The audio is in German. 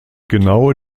genaue